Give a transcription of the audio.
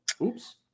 Oops